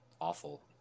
awful